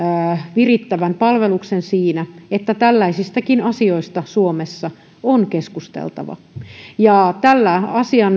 virittävän palveluksen siinä että tällaisistakin asioista suomessa on keskusteltava ja tällä